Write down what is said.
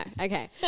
okay